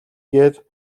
гээд